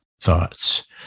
thoughts